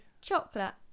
chocolate